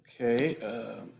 Okay